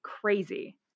crazy